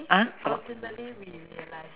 ah 什么